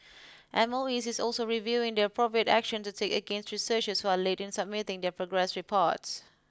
M O E is also reviewing the appropriate action to take against researchers who are late in submitting their progress reports